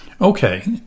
Okay